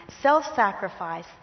self-sacrifice